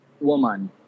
woman